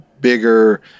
bigger